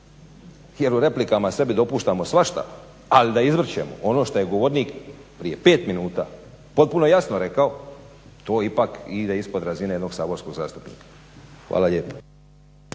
Jer u replikama sebi dopuštamo svašta ali da izvrćemo ono što je govornik prije pet minuta potpuno jasno rekao to ipak ide ispod razine jednog saborskog zastupnika. Hvala lijepo.